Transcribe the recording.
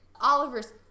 Oliver's